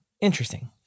interesting